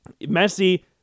Messi